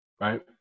right